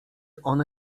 one